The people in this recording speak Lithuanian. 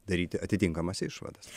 daryti atitinkamas išvadas